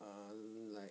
ah like